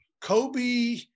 Kobe